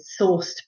sourced